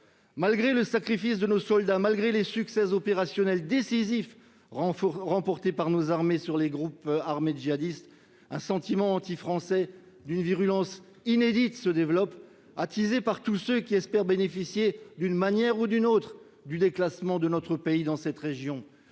Malgré le sacrifice de nos soldats, malgré les succès opérationnels décisifs remportés par nos armées sur les groupes armés djihadistes, un sentiment anti-français d'une virulence inédite se développe, attisé par tous ceux qui espèrent bénéficier, d'une manière ou d'une autre, du déclassement de notre pays dans cette région.